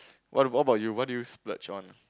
what about what about you what do you splurge on